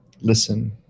listen